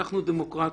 אנחנו דמוקרטיה,